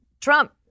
Trump